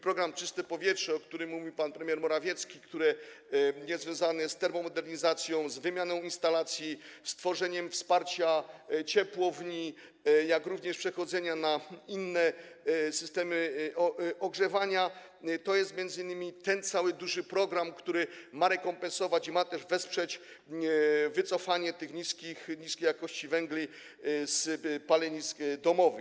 Program „Czyste powietrze”, o którym mówił pan premier Morawiecki, a który jest związany z termomodernizacją, z wymianą instalacji, z tworzeniem wsparcia ciepłowni, jak również przechodzenia na inne systemy ogrzewania, to jest m.in. ten cały duży program, który ma rekompensować i ma też wesprzeć wycofanie niskiej jakości węgli z palenisk domowych.